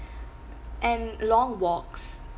and long walks